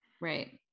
right